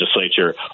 legislature